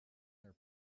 their